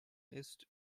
ist